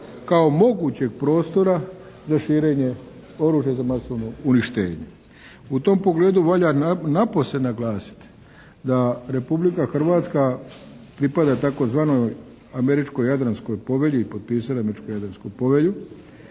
kao mogućeg prostora za širenje oružja za masovno uništenje. U tom pogledu valja napose naglasiti da Republika Hrvatska pripada tzv. Američko-Jadranskoj povelji i potpisala je Američko-Jadransku povelju